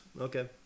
Okay